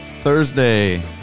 Thursday